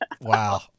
Wow